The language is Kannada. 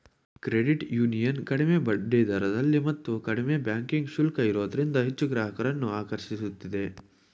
ಕ್ರೆಡಿಟ್ ಯೂನಿಯನ್ ಕಡಿಮೆ ಬಡ್ಡಿದರದಲ್ಲಿ ಮತ್ತು ಕಡಿಮೆ ಬ್ಯಾಂಕಿಂಗ್ ಶುಲ್ಕ ಇರೋದ್ರಿಂದ ಹೆಚ್ಚು ಗ್ರಾಹಕರನ್ನು ಆಕರ್ಷಿಸುತ್ತಿದೆ